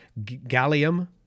gallium